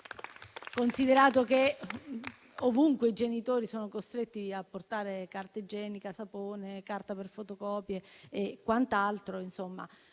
Considerato che ovunque i genitori sono costretti a portare carta igienica, sapone, carta per fotocopie, ritengo